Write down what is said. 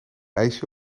ijsje